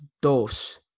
dos